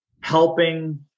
helping